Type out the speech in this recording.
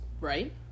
Right